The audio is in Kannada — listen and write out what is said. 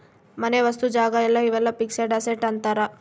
ಮನೆ ವಸ್ತು ಜಾಗ ಇವೆಲ್ಲ ಫಿಕ್ಸೆಡ್ ಅಸೆಟ್ ಅಂತಾರ